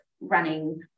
running